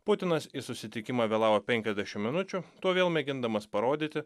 putinas į susitikimą vėlavo penkiasdešim minučių tuo vėl mėgindamas parodyti